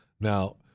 Now